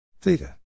Theta